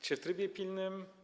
Czy w trybie pilnym?